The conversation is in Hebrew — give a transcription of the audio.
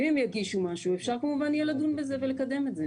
אם הם יגישו משהו אפשר כמובן יהיה לדון בזה ולקדם את זה.